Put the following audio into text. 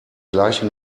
gleiche